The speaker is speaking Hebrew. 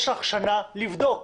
יש לך שנה לבדוק.